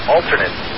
Alternate